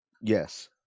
Yes